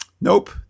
nope